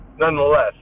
nonetheless